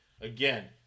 Again